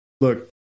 look